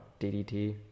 DDT